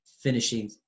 finishing